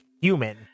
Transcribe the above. human